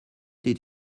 did